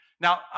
Now